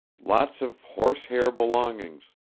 lots of horse-hair belongings.